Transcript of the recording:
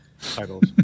titles